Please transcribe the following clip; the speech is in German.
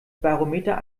barometer